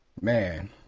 Man